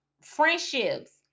friendships